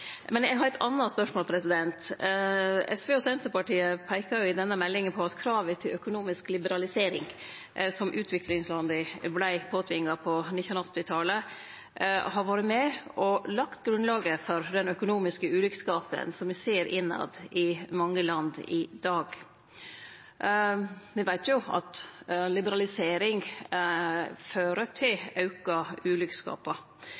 Men eg har eit anna spørsmål. SV og Senterpartiet peikar i denne innstillinga på at kravet til økonomisk liberalisering som utviklingslanda vart påtvinga på 1980-talet, har vore med og lagt grunnlaget for den økonomiske ulikskapen som me ser innanfor mange land i dag. Me veit jo at liberalisering fører til